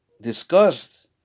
discussed